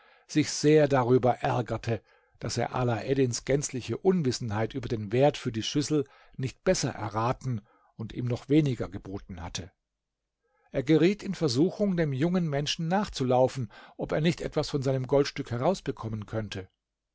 sich sehr darüber ärgerte daß er alaeddins gänzliche unwissenheit über den wert für die schüssel nicht besser erraten und ihm noch weniger geboten hatte er geriet in versuchung dem jungen menschen nachzulaufen ob er nicht etwas von seinem goldstück herausbekommen könnte